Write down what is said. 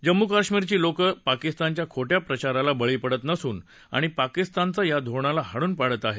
जम्मू कश्मीरची लोकं पाकिस्तानच्या खोट्या प्रचाराला बळी पडत नसून आणि पाकिस्तानचा या धोरणाला हाणून पाडत आहेत